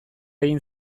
egin